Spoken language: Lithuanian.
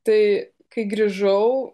tai kai grįžau